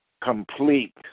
complete